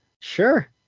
sure